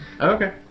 Okay